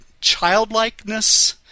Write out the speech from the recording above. childlikeness